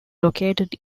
located